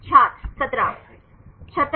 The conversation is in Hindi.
छात्र 17